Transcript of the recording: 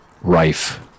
rife